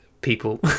People